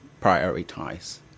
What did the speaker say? prioritize